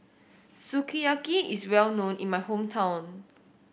sukiyaki is well known in my hometown